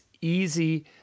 easy